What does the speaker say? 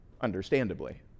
Understandably